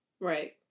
Right